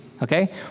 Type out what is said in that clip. Okay